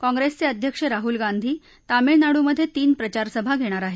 काँग्रेसचे अध्यक्ष राह्ल गांधी तामिळनाडूमधे तीन प्रचारसभा घेणार आहेत